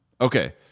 Okay